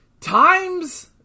Times